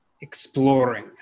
Exploring